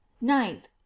ninth